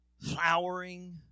flowering